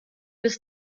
bis